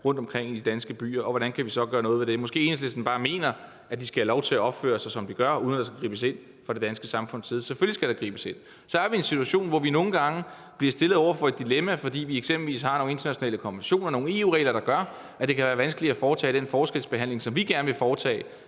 rundtomkring i danske byer. Og hvordan kan vi så gøre noget ved det? Måske mener Enhedslisten bare, at de skal have lov til at opføre sig, som de gør, uden at der skal gribes ind fra det danske samfunds side. Selvfølgelig skal der gribes ind. Så er vi i en situation, hvor vi nogle gange bliver stillet over for et dilemma, fordi vi eksempelvis har nogle internationale konventioner og nogle EU-regler, der gør, at det kan være vanskeligt at foretage den forskelsbehandling, som vi gerne vil foretage